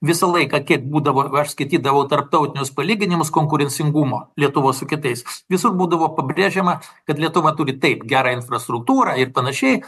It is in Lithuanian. visą laiką kiek būdavo aš skaitydavau tarptautinius palyginimus konkurencingumo lietuvos su kitais visur būdavo pabrėžiama kad lietuva turi taip gerą infrastruktūrą ir panašiai